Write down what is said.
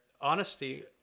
honesty